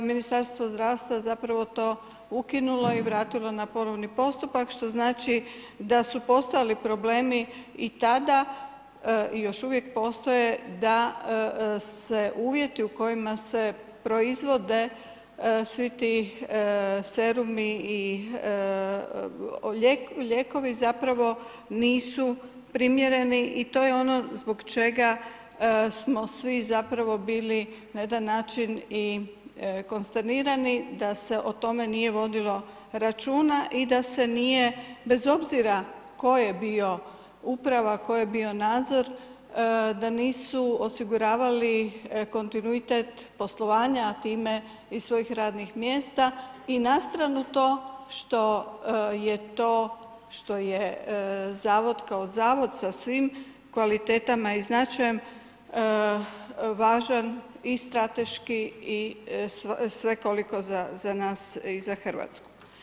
Ministarstvo zdravstva zapravo to ukinulo i vratilo na ponovni postupak, što znači da su postojali problemi i tada i još uvijek postoje da se uvjeti u kojima se proizvode svi ti serumi i lijekovi zapravo nisu primjereni i to je ono zbog čega smo svi zapravo bili na jedan način i konsternirani da se o tome nije vodilo računa i da se nije, bez obzira tko je bio uprava, tko je bio nadzor, da nisu osiguravali kontinuitet poslovanja, a time i svojih radnim mjesta i na stranu to što je to, što je Zavod kao Zavod sa svim kvalitetama i značajem važan i strateški i svekoliko za nas i za RH.